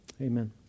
Amen